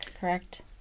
correct